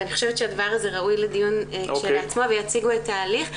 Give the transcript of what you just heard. אני חושבת שהדבר הזה ראוי לדיון כשלעצמו ויציגו את ההליך.